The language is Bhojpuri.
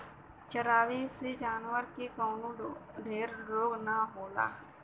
चरावे से जानवर के कवनो ढेर रोग ना होला